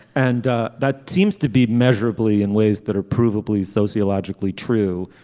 and that seems to be measurably in ways that are provably sociologically true.